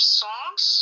songs